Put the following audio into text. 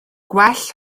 gwell